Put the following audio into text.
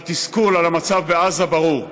והתסכול על המצב בעזה ברור.